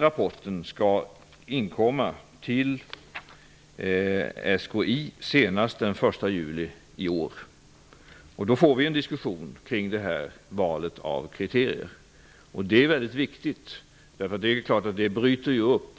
Rapporten skall komma in till SKI senast den 1 juli i år. Då får vi en diskussion kring valet av kriterier. Det är viktigt. En diskussion bryter upp